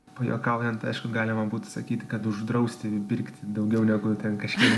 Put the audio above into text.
pajuokaujant aišku galima būtų sakyti kad uždrausti pirkti daugiau negu ten kažkiek